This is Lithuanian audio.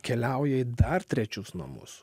keliauja į dar trečius namus